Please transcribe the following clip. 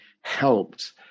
helped